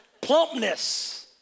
Plumpness